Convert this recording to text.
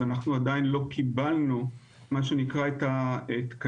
אז אנחנו עדיין לא קיבלנו מה שנקרא את התקנים.